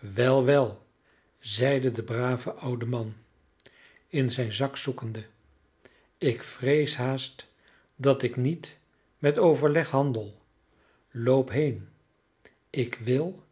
wel wel zeide de brave oude man in zijnen zak zoekende ik vrees haast dat ik niet met overleg handel loop heen ik wil